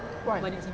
why